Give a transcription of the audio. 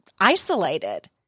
isolated